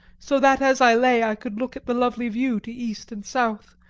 so that as i lay, i could look at the lovely view to east and south,